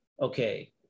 okay